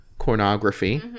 pornography